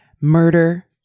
Murder